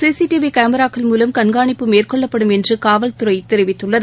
CC T விகேமராக்கள் மூலம் கண்காணிப்பு மேற்கொள்ளப்படும் என்றுகாவல்துறைதெரிவித்துள்ளது